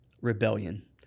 rebellion